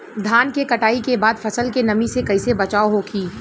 धान के कटाई के बाद फसल के नमी से कइसे बचाव होखि?